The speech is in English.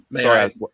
Sorry